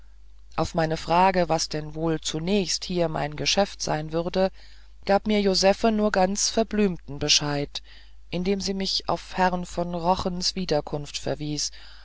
auf meine frage was denn wohl zunächst hier mein geschäft sein würde gab mir josephe nur ganz verblümten bescheid indem sie mich auf herrn von rochens wiederkunft verwies